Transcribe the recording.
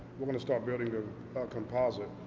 we're gonna start building a composite.